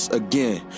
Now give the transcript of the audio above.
again